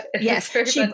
yes